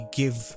give